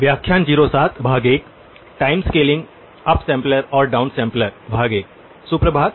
शुभ प्रभात